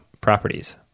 properties